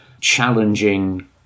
challenging